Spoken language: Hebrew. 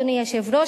אדוני היושב-ראש,